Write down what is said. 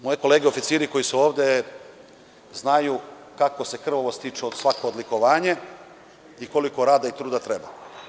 Moje kolege oficiri koji su ovde znaju kako se krvavo stiče svako odlikovanje i koliko rada i truda treba.